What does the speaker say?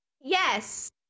Yes